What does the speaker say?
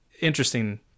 interesting